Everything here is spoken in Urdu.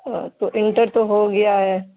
تو انٹر تو ہو گیا ہے